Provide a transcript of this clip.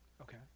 Okay